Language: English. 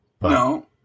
No